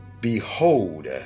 Behold